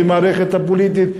במערכת הפוליטית,